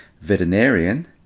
veterinarian